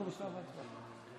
אנחנו בשלב ההצבעה.